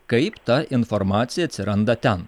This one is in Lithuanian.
kaip ta informacija atsiranda ten